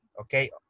okay